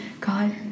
God